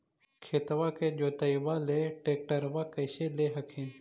खेतबा के जोतयबा ले ट्रैक्टरबा कैसे ले हखिन?